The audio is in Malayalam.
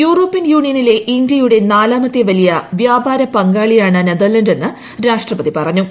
യൂറോപ്യൻ യൂണിയനിലെ ഇന്ത്യയുടെ നാലാമത്തെ വലിയ വ്യാപാര പങ്കാളിയാണ് നെതർലാന്റെന്ന് രാഷ്ട്രപതി പറഞ്ഞു